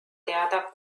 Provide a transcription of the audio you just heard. teada